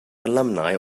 alumni